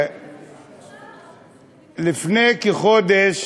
לפני כחודש